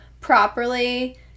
properly